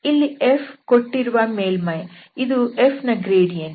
ಇಲ್ಲಿ f ಕೊಟ್ಟಿರುವ ಮೇಲ್ಮೈ ಇದು f ನ ಗ್ರೇಡಿಯಂಟ್